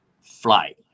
fly